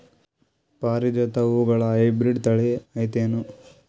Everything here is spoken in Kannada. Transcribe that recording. ಪಾರಿಜಾತ ಹೂವುಗಳ ಹೈಬ್ರಿಡ್ ಥಳಿ ಐತೇನು?